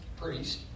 priest